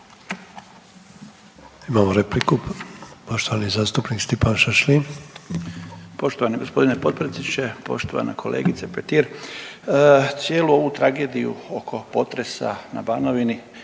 Šašlin. **Šašlin, Stipan (HDZ)** Poštovani gospodine potpredsjedniče, poštovana kolegice Petir cijelu ovu tragediju oko potresa na Banovini